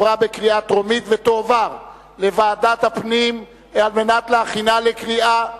עברה בקריאה טרומית ותועבר לוועדת הפנים על מנת להכינה לקריאה ראשונה.